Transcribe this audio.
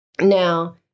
Now